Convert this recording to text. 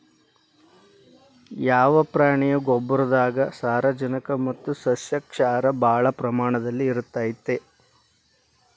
ಯಾವ ಪ್ರಾಣಿಯ ಗೊಬ್ಬರದಾಗ ಸಾರಜನಕ ಮತ್ತ ಸಸ್ಯಕ್ಷಾರ ಭಾಳ ಪ್ರಮಾಣದಲ್ಲಿ ಇರುತೈತರೇ?